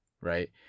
right